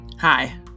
Hi